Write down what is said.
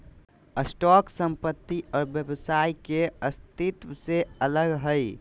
stock संपत्ति और व्यवसाय के अस्तित्व से अलग हइ